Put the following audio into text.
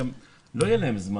לא יהיה להם זמן,